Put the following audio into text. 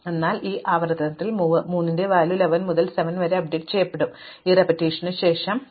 അതിനാൽ ഈ ആവർത്തനത്തിൽ 3 ന്റെ മൂല്യം 11 മുതൽ 7 വരെ അപ്ഡേറ്റ് ചെയ്യപ്പെടും ഇത് ഒരു ആവർത്തനത്തിനുശേഷം കൂടി പ്രചരിപ്പിക്കും